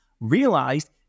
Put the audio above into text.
realized